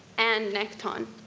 and nekton,